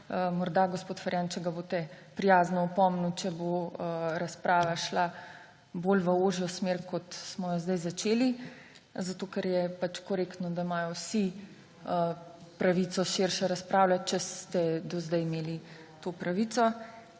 Morda gospod Ferjan, če ga boste prijazno opomnili, če bo razprava šla v ožjo smer, kot smo jo zdaj začeli, zato ker je korektno, da imajo vsi pravico širše razpravljati, če ste do zdaj imeli to pravico.